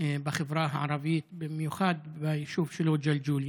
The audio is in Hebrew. בחברה הערבית, במיוחד ביישוב שלו, ג'לג'וליה.